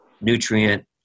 nutrient